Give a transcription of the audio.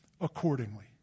accordingly